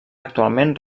actualment